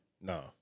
No